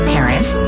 Parents